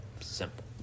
simple